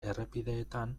errepideetan